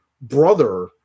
brother